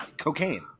cocaine